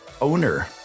owner